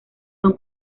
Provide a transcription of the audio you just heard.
son